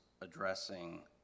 addressing